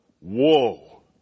whoa